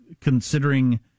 considering